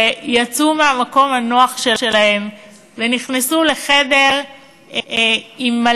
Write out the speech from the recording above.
שיצאו מהמקום הנוח שלהם ונכנסו לחדר מלא